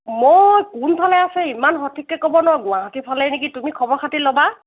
ময়ো কোনফালে আছে ইমান সঠিককৈ ক'ব নোৱাৰোঁ গুৱাহাটী ফালেই নেকি তুমি খবৰ খাতি ল'বা